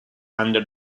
under